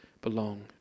belong